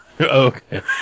okay